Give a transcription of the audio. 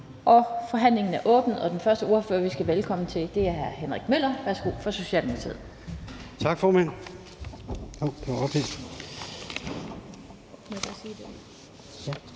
Forhandlingen er åbnet. Den første ordfører, vi siger velkommen til, er hr. Henrik Møller fra Socialdemokratiet.